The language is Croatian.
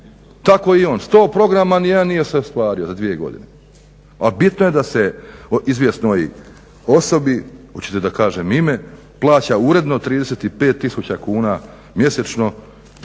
Tako i on 100 programa, a nijedan se nije ostvario za dvije godine, a bitno je da se izvjesnoj osobi, hoćete da kažem ime, plaća uredno 35 tisuća kuna mjesečno,